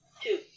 Two